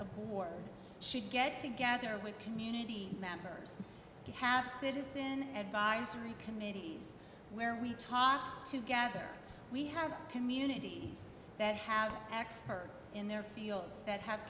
a board should get together with community members to have citizen advisory committees where we talk to gather we have communities that have experts in their fields that have